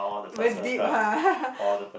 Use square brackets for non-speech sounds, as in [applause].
very deep ha [laughs]